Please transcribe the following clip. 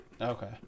Okay